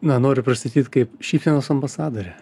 na noriu pristatyt kaip šypsenos ambasadore